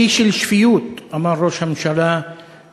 "אי של שפיות", אמר ראש הממשלה בתארו